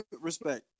Respect